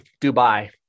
Dubai